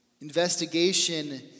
investigation